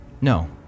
No